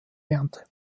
lernte